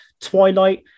Twilight